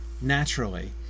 naturally